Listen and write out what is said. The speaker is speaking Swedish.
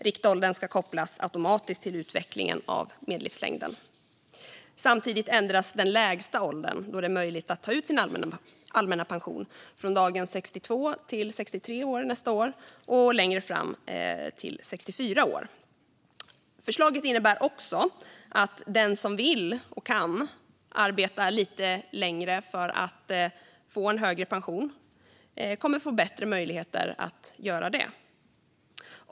Riktåldern ska kopplas automatiskt till utvecklingen av medellivslängden. Samtidigt ändras den lägsta åldern då det är möjligt att ta ut sin allmänna pension, från dagens 62 år till 63 år nästa år och längre fram till 64 år. Förslaget innebär också att den som vill kan arbeta lite längre för att få en högre pension, och det kommer att bli bättre möjligheter att göra så.